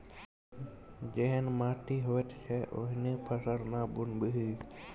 जेहन माटि होइत छै ओहने फसल ना बुनबिही